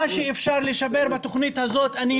מה שאפשר לשפר בתוכנית הזאת אני